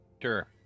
Sure